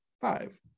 five